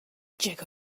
llego